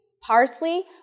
parsley